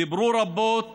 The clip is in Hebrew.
דיברו רבות